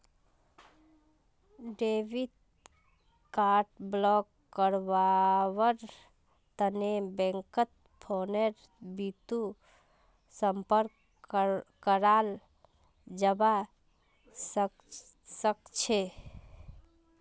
debit card block करव्वार तने बैंकत फोनेर बितु संपर्क कराल जाबा सखछे